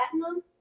Platinum